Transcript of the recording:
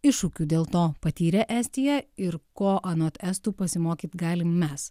iššūkių dėl to patyrė estija ir ko anot estų pasimokyt galim mes